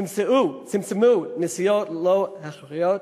צמצמו נסיעות לא הכרחיות,